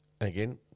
again